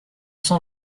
cent